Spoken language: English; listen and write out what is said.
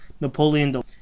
Napoleon